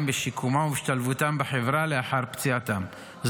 בשיקומם ובהשתלבותם בחברה לאחר פציעתם,